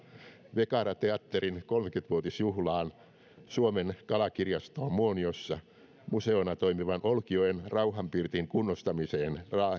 vekarateatterin kolmekymmentä vuotisjuhlaan suomen kalakirjastoon muoniossa museona toimivan olkijoen rauhanpirtin kunnostamiseen